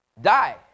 die